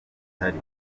bihari